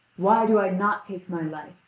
why do i not take my life?